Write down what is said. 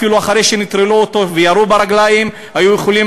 אפילו אחרי שנטרלו אותו וירו ברגליים היו יכולים